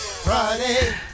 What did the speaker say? Friday